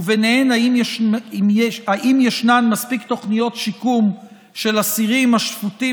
ובהן אם ישנן מספיק תוכניות שיקום של אסירים השפוטים